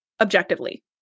objectively